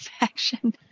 action